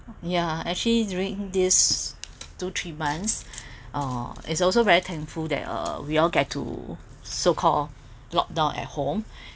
ya actually during this two three months uh is also very thankful that uh we all get to so called lock down at home